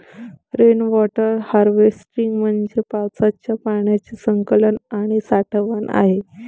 rain water harvesting म्हणजे पावसाच्या पाण्याचे संकलन आणि साठवण आहे